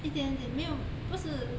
一点点没有不是